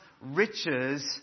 riches